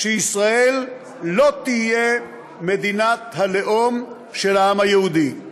שישראל לא תהיה מדינת הלאום של העם היהודי.